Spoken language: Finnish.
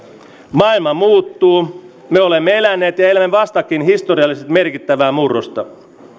maailma muuttuu me olemme eläneet ja elämme vastakin historiallisesti merkittävää murrosta